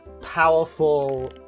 powerful